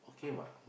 okay what